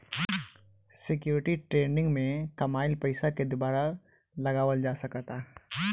security trading में कामयिल पइसा के दुबारा लगावल जा सकऽता